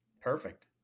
Perfect